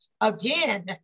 again